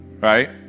right